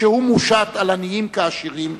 כשהוא מושת על עניים כעשירים,